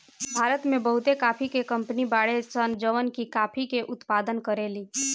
भारत में बहुते काफी के कंपनी बाड़ी सन जवन की काफी के उत्पादन करेली